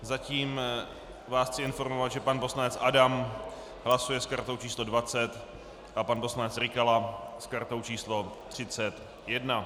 Zatím vás chci informovat, že pan poslanec Adam hlasuje s kartou číslo 20 a pan poslanec Rykala s kartou číslo 31.